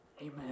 Amen